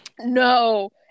no